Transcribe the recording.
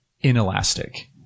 inelastic